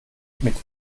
mit